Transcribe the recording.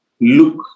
look